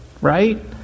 Right